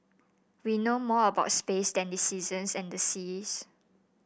we know more about space than the seasons and the seas